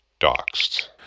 doxed